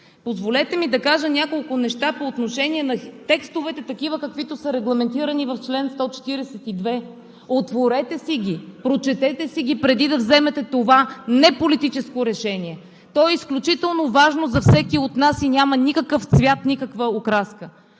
Позволете ми да кажа няколко неща по отношение на текстовете такива, каквито са регламентирани в чл. 142. Отворете си ги, прочетете си ги, преди да вземете това неполитическо решение. То е изключително важно за всеки от нас и няма никакъв цвят, никаква окраска.